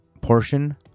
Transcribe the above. portion